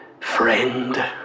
friend